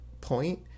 point